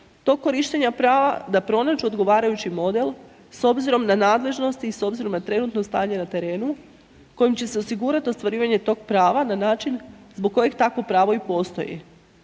do korištenja prava da pronađu odgovarajući model s obzirom na nadležnosti i s obzirom na trenutno stanje na terenu kojim će se osigurat ostvarivanje tog prava na način zbog kojih takvo pravo i postoji.